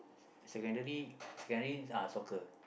secondary secondary uh soccer